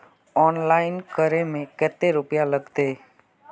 Online करे में ते रुपया लगते?